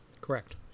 Correct